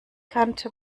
kannte